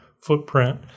footprint